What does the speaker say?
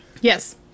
Yes